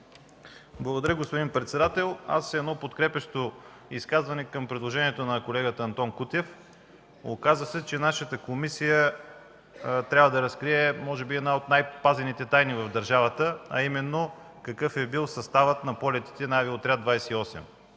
Благодаря, господин председател. Ще направя подкрепящо изказване към предложението на колегата Антон Кутев. Оказа се, че нашата комисия трябва да разкрие може би една от най-пазените тайни в държавата, а именно какъв е бил съставът на полетите на Авиоотряд 28,